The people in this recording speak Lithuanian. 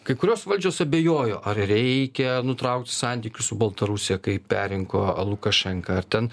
kai kurios valdžios abejojo ar reikia nutraukt santykius su baltarusija kai perrinko lukašenka ar ten